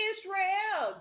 Israel